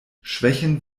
schwächen